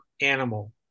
animal